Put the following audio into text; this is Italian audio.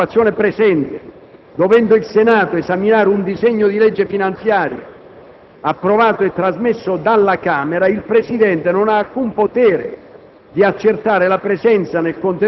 È chiaro allora che nella situazione presente, dovendo il Senato esaminare un disegno di legge finanziaria approvato e trasmesso dalla Camera, il Presidente non ha alcun potere